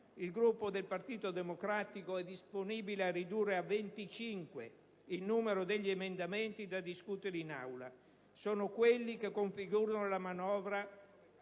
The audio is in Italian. Il gruppo del Partito Democratico è disponibile a ridurre a 25 il numero degli emendamenti da discutere in Aula. Sono quelli che configurano la manovra